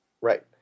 Right